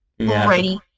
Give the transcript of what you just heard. Alrighty